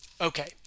Okay